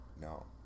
No